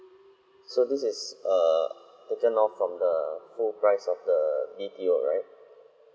so this is err taken off from the whole price of the B_T_O right